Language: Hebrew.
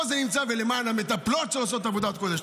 פה זה נמצא, ולמען המטפלות שעושות עבודת קודש.